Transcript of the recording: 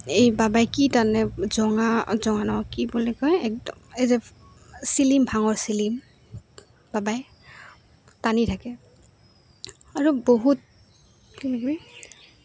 এই বাবাই কি টানে জঙা জঙা ন কি বুলি কয় একদম এই যে চিলিম ভাঙৰ চিলিম বাবাই টানি থাকে আৰু বহুত